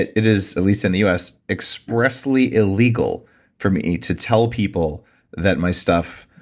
it is, at least in the us, expressly illegal for me to tell people that my stuff,